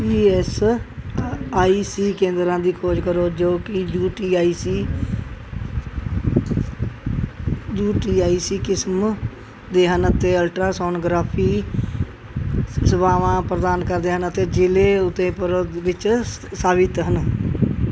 ਈ S ਅ I C ਕੇਂਦਰਾਂ ਦੀ ਖੋਜ ਕਰੋ ਜੋ ਕੀ U T I C U T I C ਕਿਸਮ ਦੇ ਹਨ ਅਤੇ ਅਲਟਰਾਸੋਨਗ੍ਰਾਫੀ ਸੇਵਾਵਾਂ ਪ੍ਰਦਾਨ ਕਰਦੇ ਹਨ ਅਤੇ ਜ਼ਿਲ੍ਹੇ ਉਦੈਪੁਰ ਵਿੱਚ ਸ ਸਾਵੀਤ ਹਨ